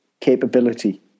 capability